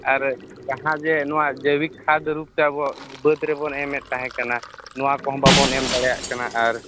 ᱟᱨ ᱡᱟᱦᱟᱸ ᱡᱮ ᱱᱚᱣᱟ ᱡᱮᱵᱤᱠᱟ ᱨᱩᱯᱛᱮ ᱟᱵᱚᱣᱟᱜ ᱵᱟᱹᱫ ᱨᱮᱵᱚ ᱮᱢᱮᱫ ᱛᱟᱦᱮᱸ ᱠᱟᱱᱟ ᱱᱚᱣᱟ ᱠᱚᱦᱚᱸ ᱵᱟᱵᱚᱱ ᱮᱢ ᱫᱟᱲᱮᱭᱟᱜ ᱠᱟᱱᱟ ᱟᱨ